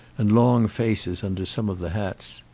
and long faces under some of the hats.